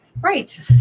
Right